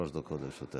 שלוש דקות לרשותך.